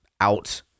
out